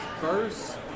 first